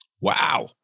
Wow